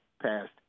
passed